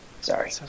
Sorry